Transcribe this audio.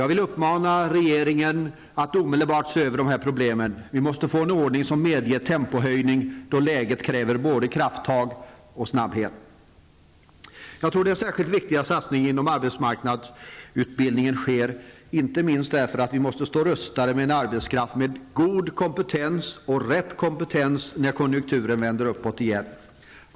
Jag vill uppmana regeringen att omedelbart se över dessa problem. Vi måste få en ordning som medger tempohöjning, eftersom läget kräver både krafttag och snabbhet. Jag tror att det är särskilt viktigt att satsningar inom arbetsmarknadsutbildningen sker, inte minst därför att vi måste stå rustade med en arbetskraft med god kompetens och rätt kompetens när konjunkturen vänder uppåt igen.